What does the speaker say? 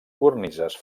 cornises